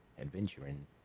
adventuring